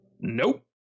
Nope